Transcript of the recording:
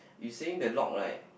you saying the log right